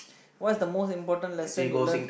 what's the most important lesson you learn